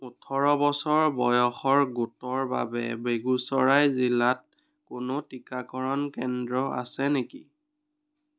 ওঠৰ বছৰ বয়সৰ গোটৰ বাবে বেগুচৰাই জিলাত কোনো টিকাকৰণ কেন্দ্ৰ আছে নেকি